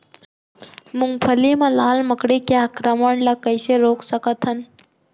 मूंगफली मा लाल मकड़ी के आक्रमण ला कइसे रोक सकत हन?